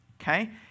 Okay